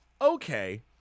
okay